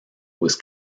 was